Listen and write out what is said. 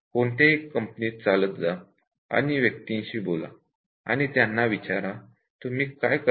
कोणत्याही कंपनीत चालत जा आणि व्यक्तीशी बोला आणि त्यांना विचारा तुम्ही काय करतात